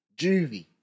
Juvie